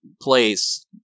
place